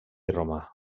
romà